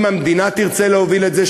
אם המדינה תרצה להוביל את זה,